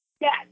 Yes